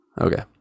Okay